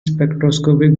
spectroscopic